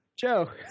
Joe